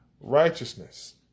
righteousness